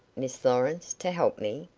miss lawrence, to help me?